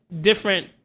Different